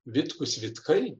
vitkus vitkai